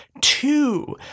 two